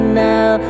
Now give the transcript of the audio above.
now